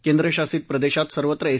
केंद्रशासित प्रदेशात सर्वत्र एस